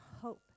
hope